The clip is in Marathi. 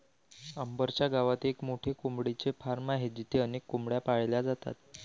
अंबर च्या गावात एक मोठे कोंबडीचे फार्म आहे जिथे अनेक कोंबड्या पाळल्या जातात